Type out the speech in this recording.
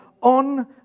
on